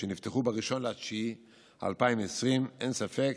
שנפתחו ב-1 בספטמבר 2020. אין ספק